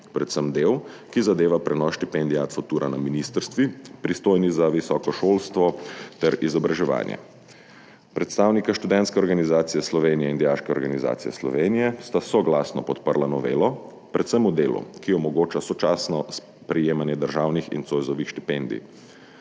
predvsem del, ki zadeva prenos štipendije Ad futura na ministrstvi, pristojni za visoko šolstvo ter izobraževanje. Predstavnika Študentske organizacije Slovenije in Dijaške organizacije Slovenije sta soglasno podprla novelo predvsem v delu, ki omogoča sočasno sprejemanje državnih in Zoisovih štipendij.